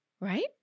right